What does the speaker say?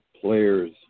Players